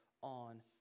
on